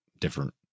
different